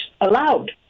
allowed